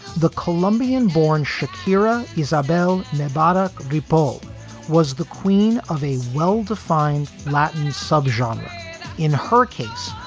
the colombian born shakira isabel mubarak repoed was the queen of a well-defined latin subgenre in her case,